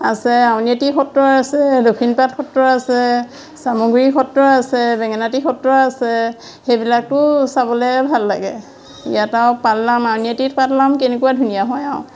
আছে আউনীআটি সত্ৰ আছে দক্ষিণপাত সত্ৰ আছে চামগুৰি সত্ৰ আছে বেঙেনাআটি সত্ৰ আছে সেইবিলাকতো চাবলে ভাল লাগে ইয়াত আও পালনাম আউনীআটিত পালনাম কেনেকুৱা ধুনীয়া হয় আও